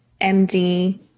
MD